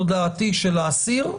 תודעתי של האסיר,